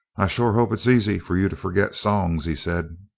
i sure hope it's easy for you to forget songs, he said.